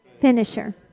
finisher